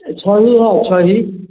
छही है छही